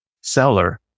seller